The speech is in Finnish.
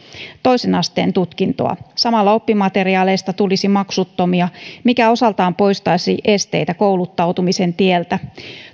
toisen asteen tutkintoa samalla oppimateriaaleista tulisi maksuttomia mikä osaltaan poistaisi esteitä kouluttautumisen tieltä